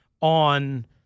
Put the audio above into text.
on